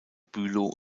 bülow